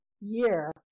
year